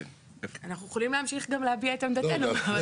אנחנו יכולים להמשיך גם להביע את עמדתנו.